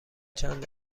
چند